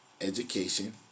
education